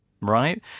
right